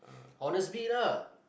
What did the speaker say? honestbee lah